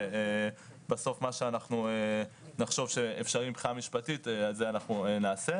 ובסוף מה שנחשוב שאפשרי מבחינה משפטית - את זה נעשה.